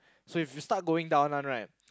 so if you start going down one right